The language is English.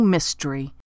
Mystery